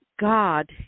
God